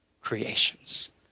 creations